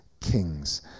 kings